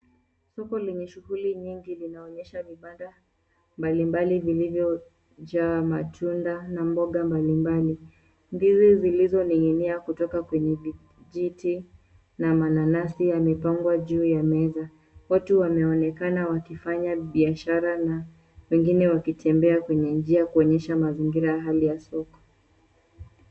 Soko lenye shughuli nyingi linaonyesha vibanda mbalimbali zilizojaa matunda na mboga mbalimbali. Ndizi zilizoning'inia kutoka kwenye vijiti na mananasi yamepangwa juu ya meza. Watu wameonekana wakifanya biashara na wengine wakitembea kwenye njia kuonyesha mazingira ya hali ya soko.